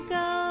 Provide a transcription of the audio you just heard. go